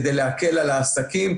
כדי להקל על העסקים,